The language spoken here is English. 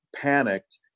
panicked